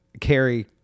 Carrie